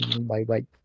Bye-bye